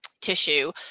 tissue